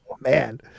man